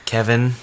Kevin